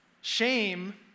Shame